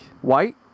White